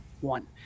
one